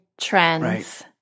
trends